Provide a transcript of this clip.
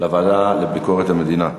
לוועדה לביקורת המדינה.